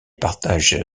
partage